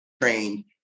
train